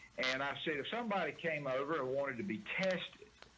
and i said, if somebody came over and wanted to be tested,